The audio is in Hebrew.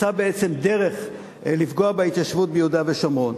מצא דרך לפגוע בהתיישבות ביהודה ושומרון.